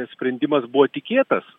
sprendimas buvo tikėtas